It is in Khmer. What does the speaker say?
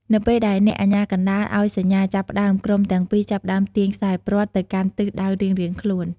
នៅពេលដែលអ្នកអាជ្ញាកណ្ដាលឱ្យសញ្ញា "ចាប់ផ្ដើម" ក្រុមទាំងពីរចាប់ផ្តើមទាញខ្សែព្រ័ត្រទៅកាន់ទិសដៅរៀងៗខ្លួន។